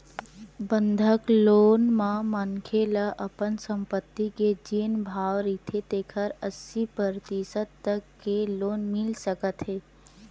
बंधक लोन म मनखे ल अपन संपत्ति के जेन भाव रहिथे तेखर अस्सी परतिसत तक के लोन मिल सकत हे